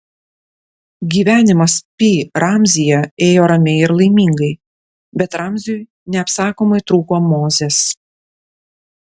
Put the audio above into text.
gyvenimas pi ramzyje ėjo ramiai ir laimingai bet ramziui neapsakomai trūko mozės